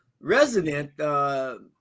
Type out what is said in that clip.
resident